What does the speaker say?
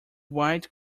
white